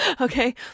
Okay